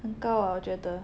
很高啊我觉得